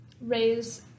raise